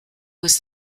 was